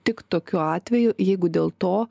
tik tokiu atveju jeigu dėl to